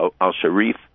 al-Sharif